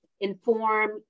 inform